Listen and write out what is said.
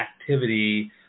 activity